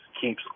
keeps